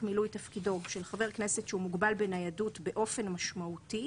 מילוי תפקידו של חבר הכנסת שהוא מוגבל בניידות באופן משמעותי